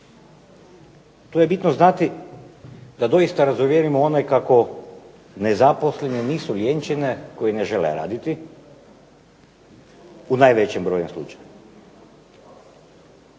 To je bitno znati da doista razuvjerimo ono kako nezaposleni nisu lijenčine koji ne žele raditi u najvećem broju slučajeva.